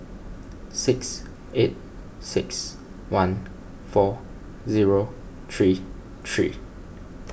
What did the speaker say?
six eight six one four zero three three